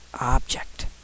object